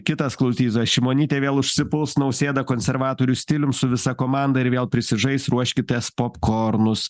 kitas klausytojas šimonytė vėl užsipuls nausėdą konservatorių stilium su visa komanda ir vėl prisižais ruoškitės popkornus